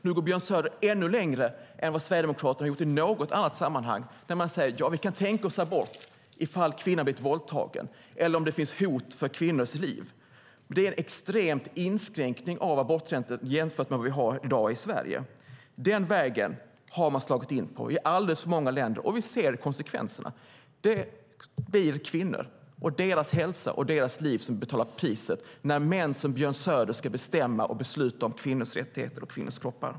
Nu går Björn Söder ännu längre än Sverigedemokraterna har gjort i något annat sammanhang när han säger att man kan tänka sig abort om kvinnan har blivit våldtagen eller om det finns hot mot kvinnors liv. Det är en extrem inskränkning av aborträtten jämfört med vad vi har i dag i Sverige. Den vägen har man slagit in på i alldeles för många länder, och vi ser konsekvenserna. Det blir kvinnor som med sin hälsa och sitt liv betalar priset när män som Björn Söder ska bestämma och besluta om kvinnors rättigheter och kvinnors kroppar.